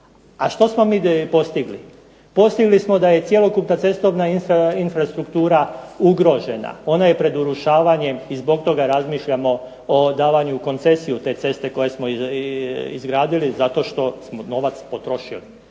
A što smo mi postigli? Postigli smo da je cjelokupna cestovna infrastruktura ugrožena. Ona je pred urušavanjem i zbog toga razmišljamo o davanju koncesije u te ceste koje smo izgradili zato što smo novac potrošili,